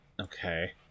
Okay